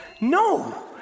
No